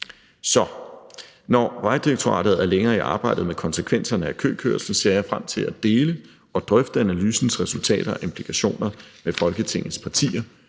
Så når Vejdirektoratet er længere i arbejdet med konsekvenserne af køkørsel, ser jeg frem til at dele og drøfte analysens resultater og implikationer med Folketingets partier.